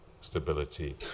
stability